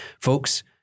folks